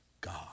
God